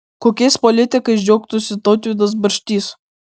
kokiais politikais džiaugtųsi tautvydas barštys